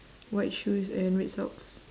white shoes and red socks